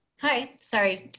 hi sorry,